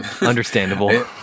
Understandable